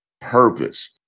purpose